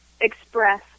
express